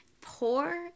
poor